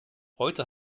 heute